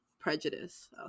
prejudice